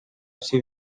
всей